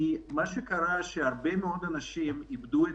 כי מה שקרה זה שהרבה מאוד אנשים איבדו את